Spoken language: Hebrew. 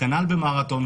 כנ"ל במרתון,